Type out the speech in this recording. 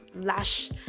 lash